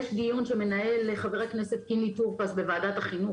יש דיון שמנהל חבר הכנסת טור פז בוועדת החינוך,